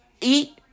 eat